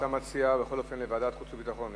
אתה מציע דיון בוועדת החוץ והביטחון.